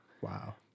Wow